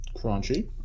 Crunchy